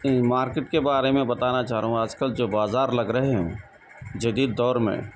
ایک مارکیٹ کے بارے میں بتانا چاہ رہا ہوں آج کل جو بازار لگ رہے ہیں جدید دور میں